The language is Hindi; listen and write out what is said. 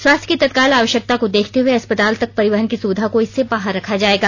स्वास्थ्य की तत्काल आवश्यकता को देखते हुए अस्पताल तक परिवहन की सुविधा को इससे बाहर रखा जाएगा